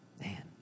Man